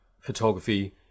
photography